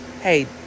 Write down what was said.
hey